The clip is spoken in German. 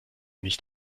nicht